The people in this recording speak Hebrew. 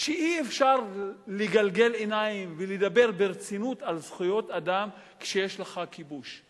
שאי-אפשר לגלגל עיניים ולדבר ברצינות על זכויות אדם כשיש לך כיבוש.